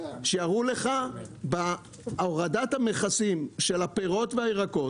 שיראו לך בהורדת המכסים של הפירות והירקות,